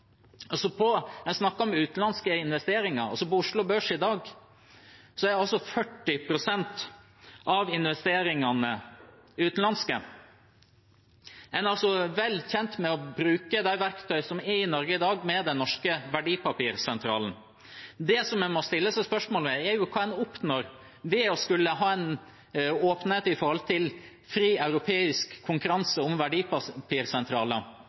snakker om utenlandske investeringer. På Oslo Børs i dag er 40 pst. av investeringene utenlandske. En er altså vel kjent med å bruke de verktøy som er i Norge i dag, med den norske verdipapirsentralen. Det som en må stille spørsmål ved, er hva en oppnår ved å ha åpenhet for fri europeisk konkurranse om verdipapirsentraler, istedenfor å bruke den verdipapirsentralen som en har i